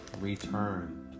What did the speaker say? return